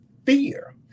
Fear